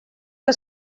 que